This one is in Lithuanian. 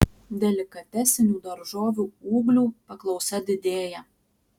delikatesinių daržovių ūglių paklausa didėja